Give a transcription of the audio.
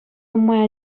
нумай